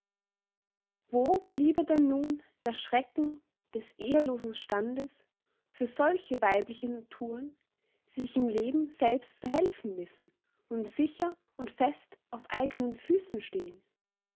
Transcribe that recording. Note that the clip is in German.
wo bliebe denn nun der schrecken des ehelosen standes für solche weibliche naturen die sich im leben selbst zu helfen wissen und sicher und fest auf eigenen füßen stehen